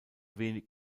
wenig